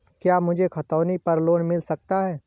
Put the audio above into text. क्या मुझे खतौनी पर लोन मिल सकता है?